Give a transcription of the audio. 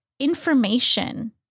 Information